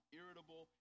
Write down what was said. irritable